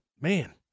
man